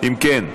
אם כן,